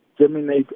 germinate